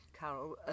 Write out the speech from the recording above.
Carol